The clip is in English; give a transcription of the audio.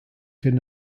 could